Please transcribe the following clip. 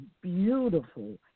beautiful